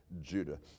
Judah